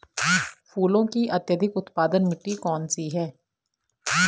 फूलों की अत्यधिक उत्पादन मिट्टी कौन सी है?